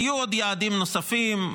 היו עוד יעדים נוספים,